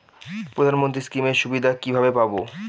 প্রধানমন্ত্রী স্কীম এর সুবিধা কিভাবে পাবো?